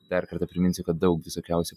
dar kartą priminsiu kad daug visokiausių